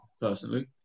personally